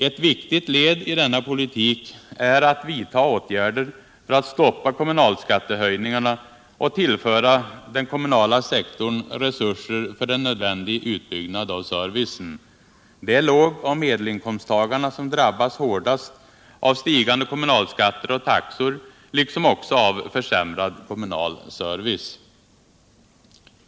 Ett viktigt led i denna politik är att vidta åtgärder för att stoppa kommunalskattehöjningarna och tillföra den kommunala sektorn resurser för en nödvändig utbyggnad av servicen. Det är låg och medelinkomsttagarna som drabbas hårdast av stigande kommunalskatter och taxor liksom av försämrad kommunal service.